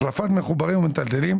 החלפת מחוברים או מיטלטלין,